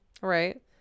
Right